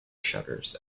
shutters